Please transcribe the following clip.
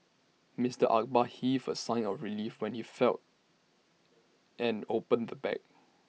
Mister Akbar heaved A sigh of relief when he felt and opened the bag